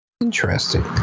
Interesting